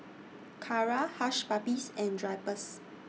Kara Hush Puppies and Drypers